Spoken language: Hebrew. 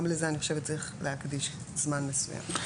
גם לזה אני חושבת צריך להקדיש זמן מסוים.